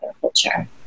culture